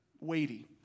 weighty